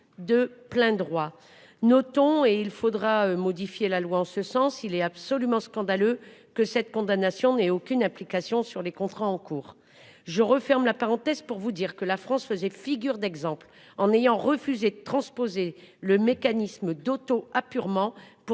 de plein droit. Notons et il faudra modifier la loi en ce sens il est absolument scandaleux que cette condamnation et aucune implication sur les contrats en cours. Je referme la parenthèse pour vous dire que la France faisait figure d'exemple en ayant refusé transposer le mécanisme d'auto-apurement pour